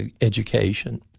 education